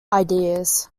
ideas